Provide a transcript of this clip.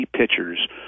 pitchers